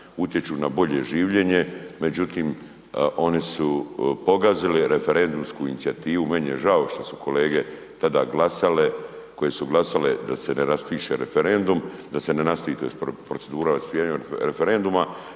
utječu na bolje življenje međutim onu su pogazili referendumsku inicijativu, meni je žao što su kolege tada glasale, koje su glasale da se ne raspiše referendum, da ne nastavi procedura raspisivanja referenduma